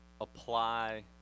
apply